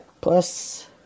Plus